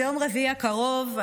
ביום רביעי הקרוב,